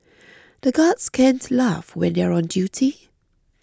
the guards can't laugh when they are on duty